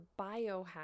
biohack